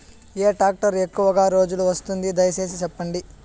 ఏ tractor ఎక్కువగా రోజులు వస్తుంది, దయసేసి చెప్పండి?